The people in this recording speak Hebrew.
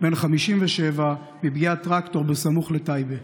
בן ה-57 מפגיעת טרקטור סמוך לטייבה.